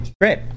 Great